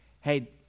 hey